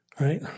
right